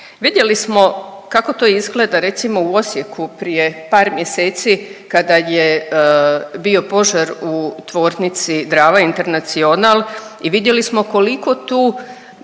Vidjeli smo kako to izgleda recimo u Osijeku prije par mjeseci kada je bio požar u Tvornici Drava International i vidjeli smo koliko tu,